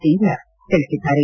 ಸಿಂಧ್ಯ ತಿಳಿಸಿದ್ದಾರೆ